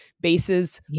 Bases